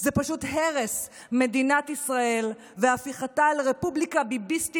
זה פשוט הרס מדינת ישראל והפיכתה לרפובליקה ביביסטית,